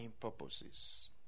purposes